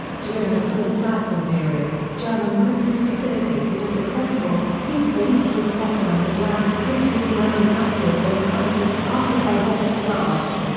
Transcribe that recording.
during the hohenstaufen period, german princes facilitated a successful, peaceful eastward settlement of lands previously uninhabited or inhabited sparsely by west slavs.